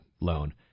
loan